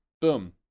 boom